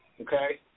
Okay